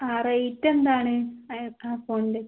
ആ റേറ്റ് എന്താണ് ആ ഫോണിന്